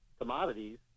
commodities